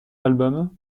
album